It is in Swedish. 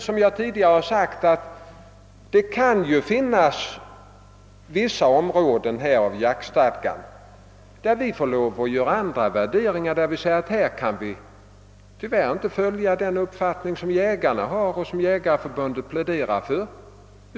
Som jag tidigare har nämnt kan det emellertid finnas vissa områden i jaktstadgan, beträffande vilka vi måste göra andra värderingar och tyvärr inte kan följa den uppfattning som Jägareförbundet pläderar för.